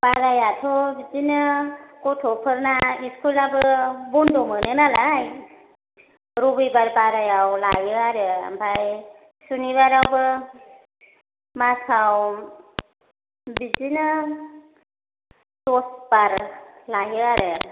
बारायाथ' बिदिनो गथ'फोरना स्कुलाबो बन्द' मोनो नालाय रबिबार बारायाव लायो आरो ओमफ्राय सुनिबारावबो मासाव बिदिनो दस बार लायो आरो